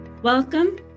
Welcome